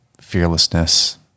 fearlessness